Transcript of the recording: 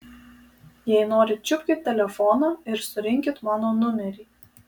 jei norit čiupkit telefoną ir surinkit mano numerį